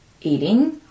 eating